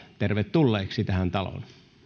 tervetulleiksi tähän taloon